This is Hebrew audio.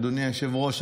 אדוני היושב-ראש,